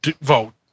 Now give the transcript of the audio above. vote